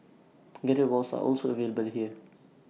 guided walks are also available here